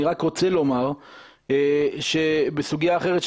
אני רק רוצה לומר שבסוגיה אחרת,